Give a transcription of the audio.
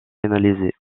analysés